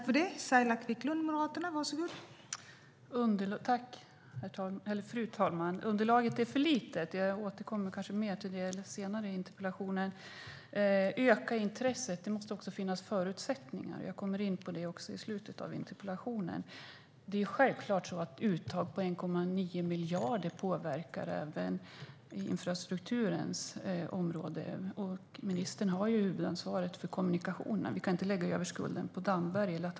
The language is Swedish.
Fru talman! Att underlaget är för litet återkommer jag till senare. När det gäller att öka intresset måste det finnas förutsättningar för det. Jag kommer till det. Självklart påverkar ett uttag på 1,9 miljarder infrastrukturen, och ministern har huvudansvaret för kommunikationen. Vi kan inte lägga över skulden på Damberg.